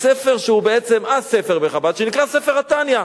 ספר שהוא בעצם ה-ספר בחב"ד, שנקרא "ספר התניא".